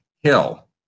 hill